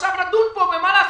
אני הולך